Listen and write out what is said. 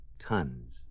tons